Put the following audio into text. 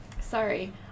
sorry